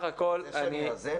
אתה רוצה שאני אאזן?